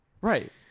right